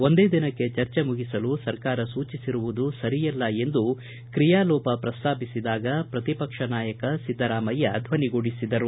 ಒಂದೇ ದಿನಕ್ಕೆ ಚರ್ಚೆ ಮುಗಿಸಲು ಸರ್ಕಾರ ಸೂಚಿಸಿರುವುದು ಸರಿಯಲ್ಲ ಎಂದು ಕ್ರಿಯಾ ಲೋಪ ಪ್ರಸ್ತಾಪಿಸಿದಾಗ ಪ್ರತಿಪಕ್ಷದ ನಾಯಕ ಸಿದ್ದರಾಮಯ್ಯ ಧ್ವನಿಗೂಡಿಸಿದರು